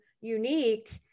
unique